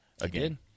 again